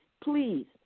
please